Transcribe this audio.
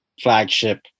flagship